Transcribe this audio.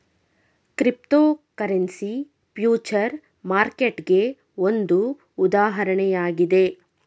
cryptocurrency future ಮಾರ್ಕೆಟ್ಗೆ ಒಂದು ಉದಾಹರಣೆಯಾಗಿದೆ